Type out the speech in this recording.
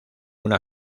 una